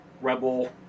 rebel